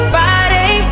Friday